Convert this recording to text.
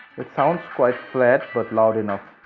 sound is quite flat but loud enough.